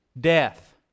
death